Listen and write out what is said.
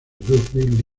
rugby